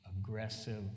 aggressive